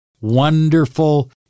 wonderful